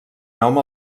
nom